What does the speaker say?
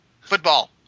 football